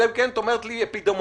אלא אם כן את אומרת לי, אפידמיולוגית,